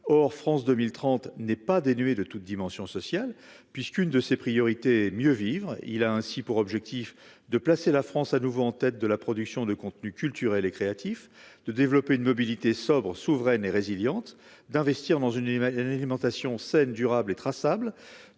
or, France 2030 n'est pas dénué de toute dimension sociale puisqu'une de ses priorités, mieux vivre, il a ainsi pour objectif de placer la France à nouveau en tête de la production de contenus culturels et créatifs de développer une mobilité sobre souveraine et résiliente d'investir dans une image, y a une alimentation saine, durable et traçable